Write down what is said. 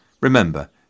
Remember